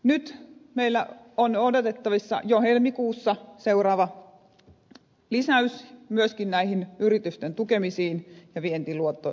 nyt meillä on odotettavissa jo helmikuussa seuraava lisäys myöskin näihin yritysten tukemisiin ja vientiluototuksiin